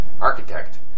architect